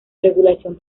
regulación